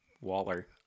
Waller